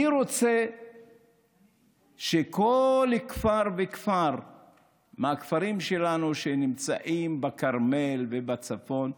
אני רוצה שכל כפר וכפר מהכפרים שלנו שנמצאים בכרמל ובצפון,